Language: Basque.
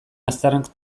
aztarnak